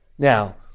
Now